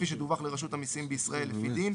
כפי שדווח לרשות המסים בישראל לפי דין,